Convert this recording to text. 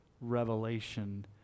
revelation